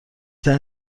ترین